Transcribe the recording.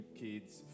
kids